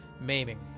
maiming